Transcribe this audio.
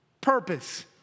purpose